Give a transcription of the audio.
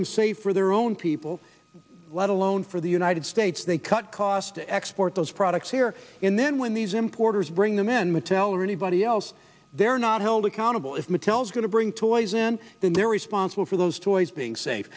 them safe for their own people let alone for the united states they cut costs to export those products here in then when these importers bring them in mattel or anybody else they're not held accountable if mattel's going to bring toys in then they're responsible for those toys being safe